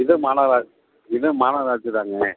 இதுவும் மாநகராட் இதுவும் மாநகராட்சி தாங்க